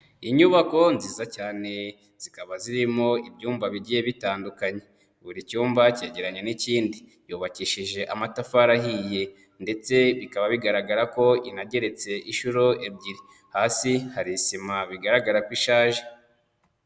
Inyubako nziza cyane zikaba zirimo ibyumba bigiye bitandukanye, buri cyumba cyegeranye n'ikindi, yubakishije amatafari ahiye ndetse bikaba bigaragara ko inageretse inshuro ebyiri, hasi hari isima bigaragara ko ishaje.